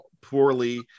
poorly